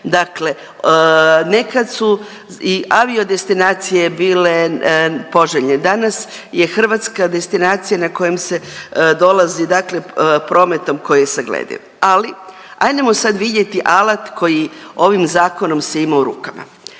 Dakle, nekad su i avio destinacije bile poželjne, danas je Hrvatska destinacija na kojem se dolazi prometom koji je saglediv. Ali, ajdemo sad vidjeti alat koji ovim zakonom se ima u rukama.